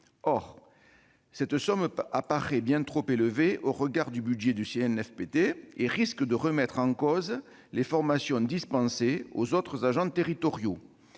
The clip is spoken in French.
Or cette somme paraît bien trop élevée au regard du budget du CNFPT et risque de remettre en cause les formations dispensées aux autres agents territoriaux.